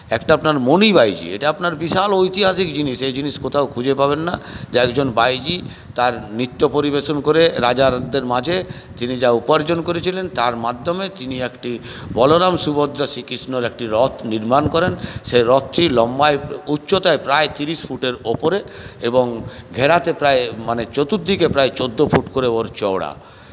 একটা আপনার মনিবাইজী এটা আপনার বিশাল ঐতিহাসিক জিনিস এ জিনিস কোথাও খুঁজে পাবেন যে একজন বাইজী তার নৃত্য পরিবেশন করে রাজাদের মাঝে তিনি যা উপার্জন করেছিলেন তার মাধ্যমে তিনি একটি বলরাম সুভদ্রা শ্রীকৃষ্ণর একটি রথ নির্মাণ করেন সে রথটি লম্বায় উচ্চতায় প্রায় তিড়িশ ফুটের ওপরে এবং ঘেরাতে প্রায় মানে চতুর্দিকে প্রায় চোদ্দো ফুট করে ওর চওড়া